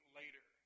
later